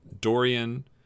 Dorian